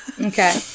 Okay